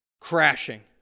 crashing